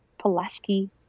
Pulaski